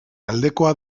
aldekoa